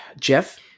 Jeff